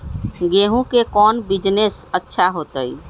गेंहू के कौन बिजनेस अच्छा होतई?